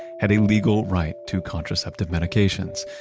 had a legal right to contraceptive medications.